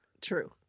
True